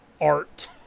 art